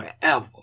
forever